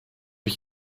ich